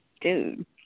Dude